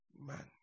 man